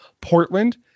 Portland